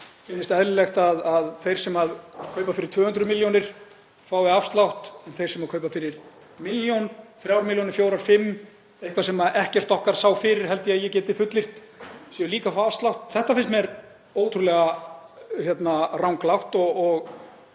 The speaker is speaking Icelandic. finnist eðlilegt að þeir sem kaupa fyrir 200 milljónir fái afslátt en þeir sem kaupa fyrir 1 milljón, 3 milljónir, 4, 5, eitthvað sem ekkert okkar sá fyrir held ég að ég geti fullyrt, fái líka afslátt. Þetta finnst mér ótrúlega ranglátt og